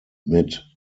mit